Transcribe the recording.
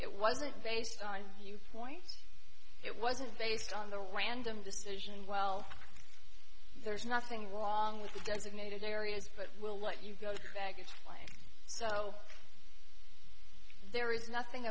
it wasn't based on viewpoint it wasn't based on the land them decision well there's nothing wrong with the designated areas but we'll let you go to baggage claim so there is nothing